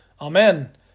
Amen